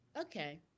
Okay